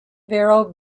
vero